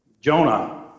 Jonah